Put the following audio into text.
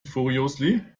furiously